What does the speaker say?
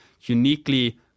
uniquely